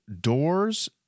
doors